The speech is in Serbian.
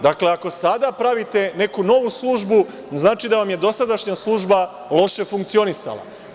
Dakle, ako sada pravite neku novu službu, znači da vam je dosadašnja služba loše funkcionisala.